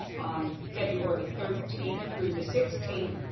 on february thirteenth through the sixteenth.